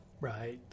right